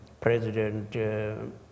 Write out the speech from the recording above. President